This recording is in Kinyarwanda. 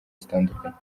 zitandukanye